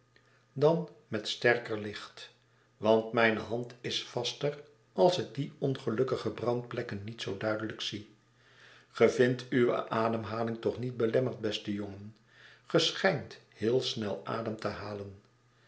dan met sterker licht want mijne hand is vaster als ik die ongelukkige brandplekken niet zoo duidelijk zie ge vindt uwe ademhaling toch niet belemmerd beste jongen ge schijnt heel snel adem te halen